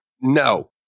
No